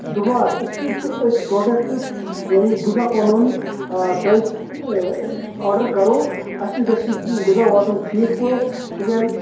دُبار یِتھ پٲٹھۍ تہِ أسۍ پرٛوڈکٹ یعنی غذا پںُن تۄہہِ آرڈَر کَرو اَسہِ نِش گژھِ یہِ غذا واتُن ٹھیٖک پٲٹھۍ تِکیازِ